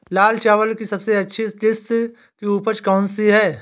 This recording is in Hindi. लाल चावल की सबसे अच्छी किश्त की उपज कौन सी है?